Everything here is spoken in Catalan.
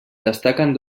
destaquen